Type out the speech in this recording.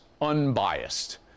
unbiased